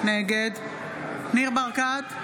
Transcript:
נגד ניר ברקת,